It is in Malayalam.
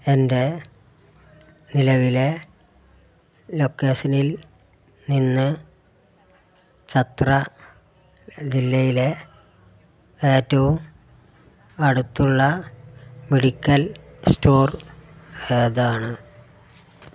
എൻ്റെ നിലവിലെ ലൊക്കേഷനിൽ നിന്ന് ഛത്ര ജില്ലയിലെ ഏറ്റവും അടുത്തുള്ള മെഡിക്കൽ സ്റ്റോർ ഏതാണ്